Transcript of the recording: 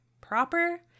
proper